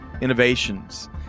innovations